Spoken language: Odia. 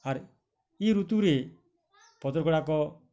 ଆର୍ ଇ ଋତୁରେ ପତ୍ରଗୁଡ଼ାକ